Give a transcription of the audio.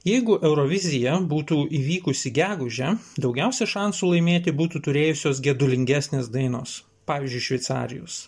jeigu eurovizija būtų įvykusi gegužę daugiausia šansų laimėti būtų turėjusios gedulingesnės dainos pavyzdžiui šveicarijos